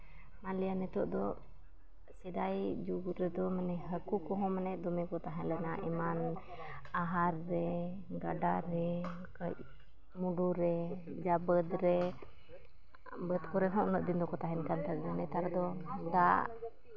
ᱢᱟᱱᱞᱤᱭᱟ ᱱᱤᱛᱚᱜ ᱫᱚ ᱥᱮᱫᱟᱭ ᱡᱩᱜᱽ ᱨᱮᱫᱚ ᱢᱟᱱᱮ ᱦᱟᱹᱠᱩ ᱠᱚᱦᱚᱸ ᱢᱟᱱᱮ ᱫᱚᱢᱮ ᱠᱚ ᱛᱟᱦᱮᱸ ᱞᱮᱱᱟ ᱮᱢᱟᱱ ᱟᱦᱟᱨ ᱨᱮ ᱜᱟᱰᱟ ᱨᱮ ᱠᱟᱹᱡ ᱢᱩᱰᱩ ᱨᱮ ᱤᱭᱟ ᱵᱟᱹᱫ ᱨᱮ ᱵᱟᱹᱫ ᱠᱚᱨᱮᱫ ᱦᱚᱸ ᱩᱱᱟᱹᱜ ᱫᱤᱱ ᱫᱚᱠᱚ ᱛᱟᱦᱮᱱ ᱠᱟᱱ ᱛᱟᱦᱮᱸᱫ ᱱᱮᱛᱟᱨ ᱫᱚ ᱫᱟᱜ